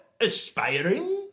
aspiring